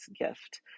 gift